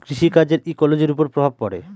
কৃষি কাজের ইকোলোজির ওপর প্রভাব পড়ে